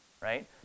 right